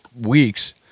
weeks